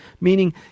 meaning